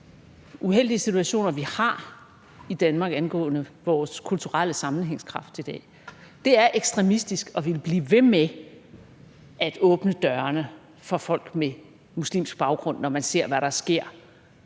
uheldige situationer, vi har i Danmark angående vores kulturelle sammenhængskraft i dag. Det er ekstremistisk at ville blive ved med at åbne dørene for folk med muslimsk baggrund, når man ser, hvad der sker